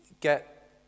get